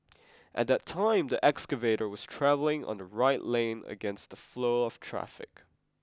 at that time the excavator was travelling on the right lane against the flow of traffic